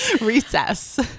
recess